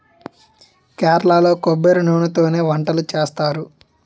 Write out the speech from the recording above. కేరళలో కొబ్బరి నూనెతోనే వంటలు చేస్తారు